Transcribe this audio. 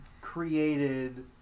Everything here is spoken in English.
created